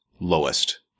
lowest